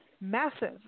massive